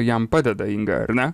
jam padeda inga ar ne